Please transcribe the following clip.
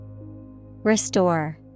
Restore